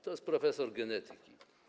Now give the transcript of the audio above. To jest profesor genetyki.